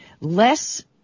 less